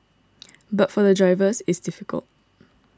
but for the drivers it's difficult